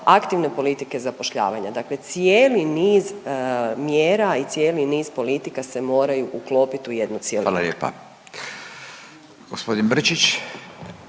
politike zapošljavanja, dakle cijeli niz mjera i cijeli niz politika se moraju uklopiti u jednu cjelinu. **Radin, Furio